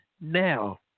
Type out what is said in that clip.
now